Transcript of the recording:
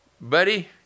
buddy